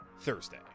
Thursday